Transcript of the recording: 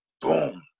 boom